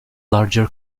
larger